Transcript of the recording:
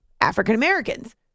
African-Americans